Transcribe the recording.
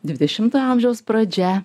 dvidešimto amžiaus pradžia